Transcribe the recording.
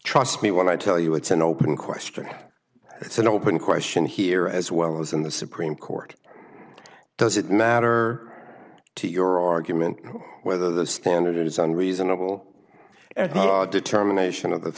trust me when i tell you it's an open question it's an open question here as well as in the supreme court does it matter to your argument whether the standard is on reasonable and the determination of